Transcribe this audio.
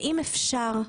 ואם אפשר,